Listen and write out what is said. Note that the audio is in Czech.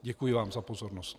Děkuji vám za pozornost.